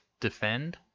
defend